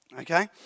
Okay